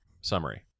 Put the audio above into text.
summary